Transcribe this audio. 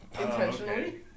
Intentionally